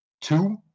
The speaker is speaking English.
two